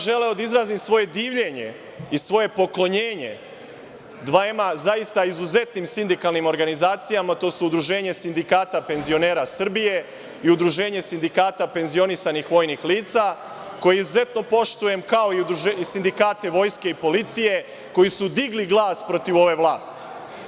Želeo bih da izrazim svoje divljenje i svoje poklonjenje dvema zaista izuzetnim sindikalnim organizacijama, to je Udruženje sindikata penzionera Srbije i Udruženje sindikata penzionisanih vojnih lica koje izuzetno poštujem, kao i sindikate Vojske i policije koji su digli glas protiv ove vlasti.